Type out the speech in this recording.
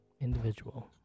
individual